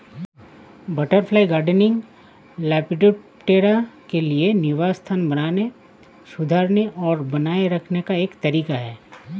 butterfly gardening, lepidoptera के लिए निवास स्थान बनाने, सुधारने और बनाए रखने का एक तरीका है